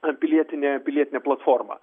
pilietinė pilietinė platforma